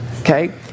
Okay